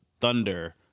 Thunder